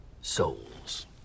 souls